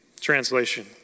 Translation